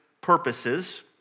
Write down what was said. purposes